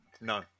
No